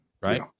Right